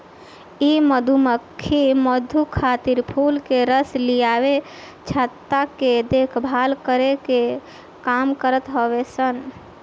इ मधुमक्खी मधु खातिर फूल के रस लियावे, छत्ता के देखभाल करे के काम करत हई सन